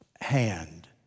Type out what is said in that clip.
Hand